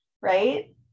right